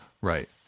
Right